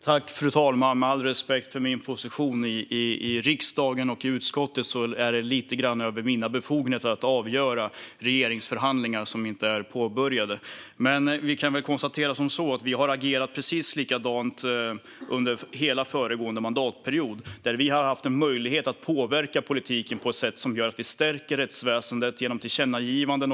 Fru talman! Med all respekt för min position i riksdagen och i utskottet ligger det lite grann utöver mina befogenheter att avgöra regeringsförhandlingar som inte är påbörjade. Men jag kan konstatera att vi har agerat precis likadant under hela den föregående mandatperioden då vi har haft en möjlighet att påverka politiken på ett sätt som gör att vi stärker rättsväsendet genom tillkännagivanden.